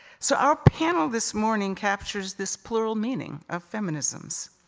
so our panel this morning captures this plural meaning of feminisms.